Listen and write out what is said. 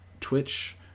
Twitch